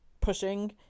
pushing